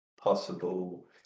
possible